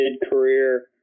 mid-career